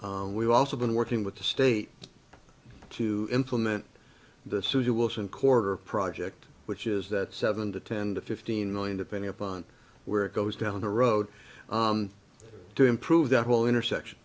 we've also been working with the state to implement the suzhou wilson quarter project which is that seven to ten to fifteen million depending upon where it goes down the road to improve the whole intersection